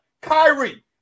Kyrie